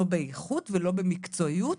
לא באיכות ולא במקצועיות.